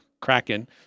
Kraken